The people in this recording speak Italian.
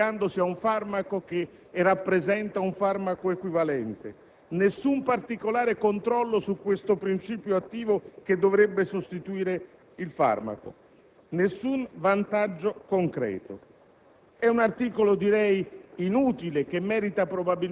nessuna certezza per il paziente, soprattutto legandosi ad un farmaco che rappresenta un farmaco equivalente; nessun particolare controllo su questo principio attivo, che dovrebbe sostituire il farmaco; quindi, non